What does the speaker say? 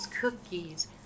cookies